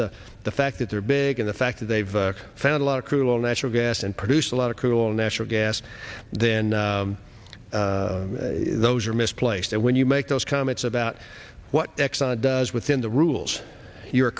the fact that they're big and the fact that they've found a lot of cruel natural gas and produced a lot of cruel natural gas then those are misplaced and when you make those comments about what exxon does within the rules you